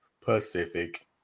Pacific